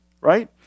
right